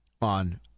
On